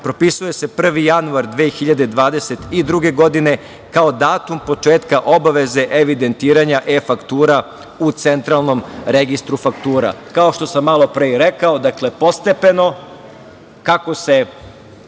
propisuje se 1. januar 2022. godine kao datum početka obaveze evidentiranja e-faktura u Centralnom registru faktura. Kao što sam malopre i rekao, dakle, postepeno, kako se